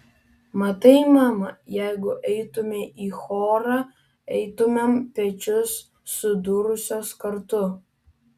matai mama jeigu eitumei į chorą eitumėm pečius sudūrusios kartu